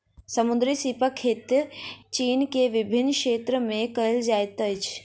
समुद्री सीपक खेती चीन के विभिन्न क्षेत्र में कयल जाइत अछि